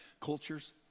cultures